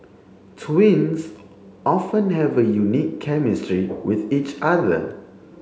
twins often have a unique chemistry with each other